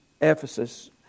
Ephesus